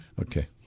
okay